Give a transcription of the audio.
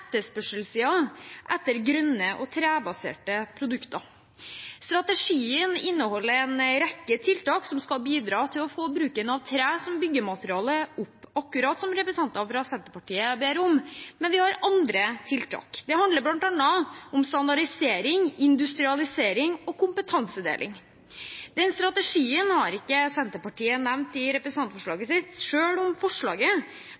grønne og trebaserte produkter. Strategien inneholder en rekke tiltak som skal bidra til å få bruken av tre som byggemateriale opp, akkurat som representantene fra Senterpartiet ber om, men vi har andre tiltak. Det handler bl.a. om standardisering, industrialisering og kompetansedeling. Den strategien har ikke Senterpartiet nevnt i